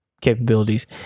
capabilities